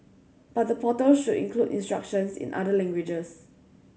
but the portal should include instructions in other languages